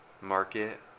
market